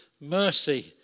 mercy